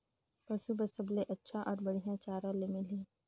पशु बार सबले अच्छा अउ बढ़िया चारा ले मिलही?